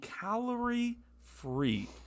calorie-free